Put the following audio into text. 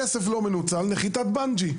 כסף לא מנוצל זה נחיתת בנג'י,